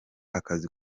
akazi